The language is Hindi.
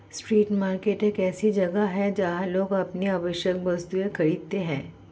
स्ट्रीट मार्केट एक ऐसी जगह है जहां लोग अपनी आवश्यक वस्तुएं खरीदते हैं